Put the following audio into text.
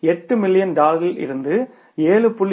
இது 8 மில்லியன் டாலரிலிருந்து 7